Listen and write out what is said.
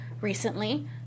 recently